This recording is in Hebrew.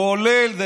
כולל,